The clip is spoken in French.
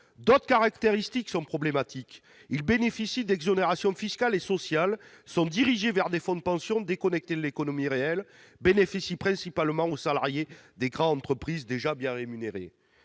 D'autres caractéristiques sont problématiques : ils bénéficient d'exonérations fiscales et sociales, sont dirigés vers des fonds de pension déconnectés de l'économie réelle, bénéficient principalement aux salariés des grandes entreprises déjà bien rémunérés,